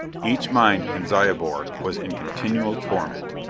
each mind in zyobor was in continual torment.